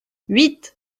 huit